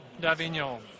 d'Avignon